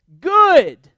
Good